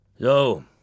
So